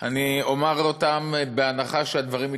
אני אומַר בהנחה שהדברים התרחשו,